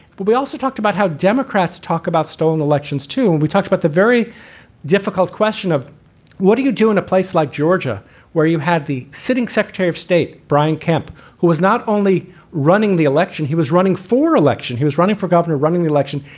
but we also talked about how democrats talk about stolen elections, too. we talked about the very difficult question of what do you do in a place like georgia where you had the sitting secretary of state, brian kemp, who is not only running the election, he was running for election, he was running for governor, running the election,